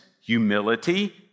humility